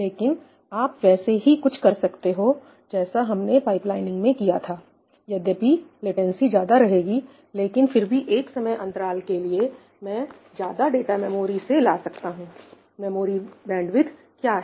लेकिन आप वैसे ही कुछ कर सकते हो जैसा हमने पाइपलाइनिंग में किया थायद्यपि लेटेंसी ज्यादा रहेगी लेकिन फिर भी एक समय अंतराल के लिए मैं ज्यादा डाटा मेमोरी से ला सकता हूं मेमोरी बैंडविडथ क्या है